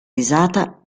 risata